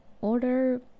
order